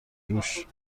روش